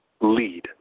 lead